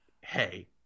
hey